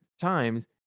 times